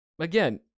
again